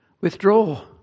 withdraw